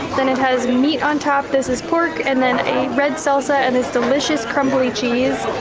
then it has meat on top, this is pork, and then a red salsa, and this delicious crumbly cheese.